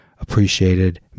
appreciated